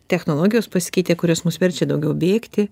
technologijos pasikeitė kurios mus verčia daugiau bėgti